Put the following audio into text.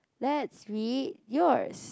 let's read yours